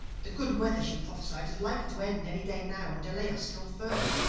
the good weather she prophesied is likely to end any day now and delay us still further.